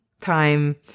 time